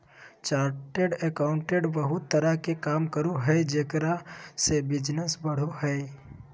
chartered accountant बहुत तरह के काम करो हइ जेकरा से बिजनस बढ़ो हइ